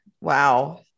Wow